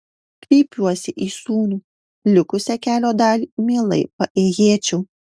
kreipiuosi į sūnų likusią kelio dalį mielai paėjėčiau